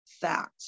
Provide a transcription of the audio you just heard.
fact